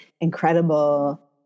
incredible